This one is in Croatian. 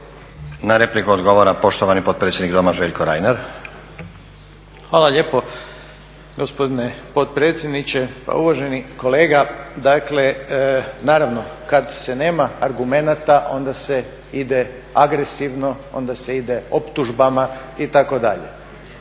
Na repliku odgovara poštovani potpredsjednik doma Željko Reiner. **Reiner, Željko (HDZ)** Hvala lijepo gospodine potpredsjedniče. Pa uvaženi kolega, dakle naravno kad se nema argumenata onda se ide agresivno, onda se ide optužbama itd.